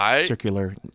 Circular